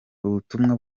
ubutumwa